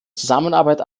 zusammenarbeit